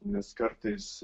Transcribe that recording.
nes kartais